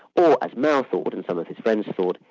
or as mao thought and some of his friends thought,